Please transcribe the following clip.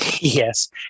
Yes